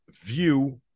view